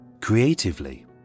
Creatively